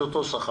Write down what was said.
זה אותו שכר.